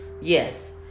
yes